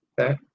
okay